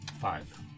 Five